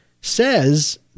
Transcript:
says